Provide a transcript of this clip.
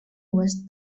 was